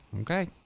Okay